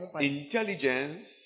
Intelligence